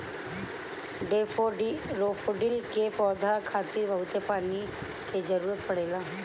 daffodil के पौधा खातिर बहुते पानी के जरुरत पड़ेला